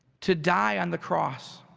to die on the cross